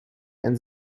and